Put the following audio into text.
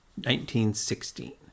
1916